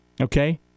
Okay